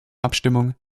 abstimmung